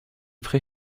prés